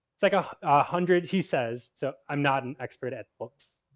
it's like a hundred, he says. so, i'm not an expert at books,